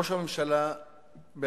ראש הממשלה,